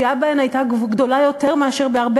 הצפייה בהן הייתה גדולה יותר מאשר בהרבה